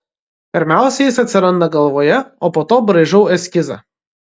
pirmiausia jis atsiranda galvoje o po to braižau eskizą